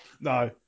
No